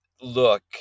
look